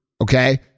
okay